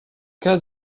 cas